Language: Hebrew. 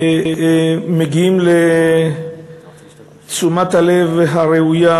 מגיעים לתשומת הלב הראויה,